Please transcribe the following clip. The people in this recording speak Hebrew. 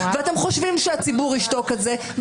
ואתם חושבים שהציבור ישתוק על זה.